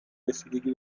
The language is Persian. رسیدگی